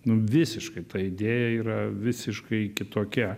nu visiškai ta idėja yra visiškai kitokia